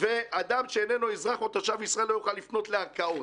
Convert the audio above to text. אדם שאיננו אזרח או תושב ישראל לא יוכל לפנות לערכאות.